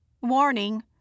Warning